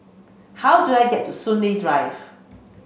how do I get to Soon Lee Drive